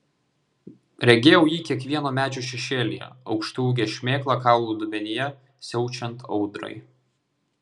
regėjau jį kiekvieno medžio šešėlyje aukštaūgę šmėklą kaulų dubenyje siaučiant audrai